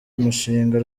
mushinga